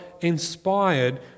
inspired